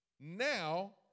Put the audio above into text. Now